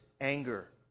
anger